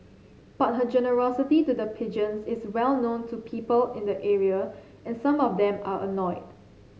but her generosity to the pigeons is well known to people in the area and some of them are annoyed